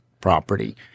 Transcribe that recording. property